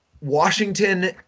Washington